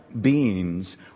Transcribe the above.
beings